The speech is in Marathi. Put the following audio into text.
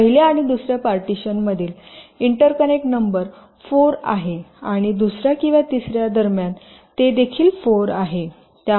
पहिल्या आणि दुसर्या पार्टीशनमधील इंटरकनेक्ट नंबर 4 आहे आणि दुसर्या आणि तिसर्या दरम्यान ते देखील 4 आहे